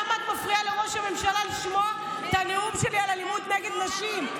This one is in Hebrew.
למה את מפריעה לראש הממשלה לשמוע את הנאום שלי על אלימות נגד נשים?